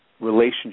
relationship